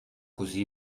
cosí